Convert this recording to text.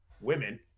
women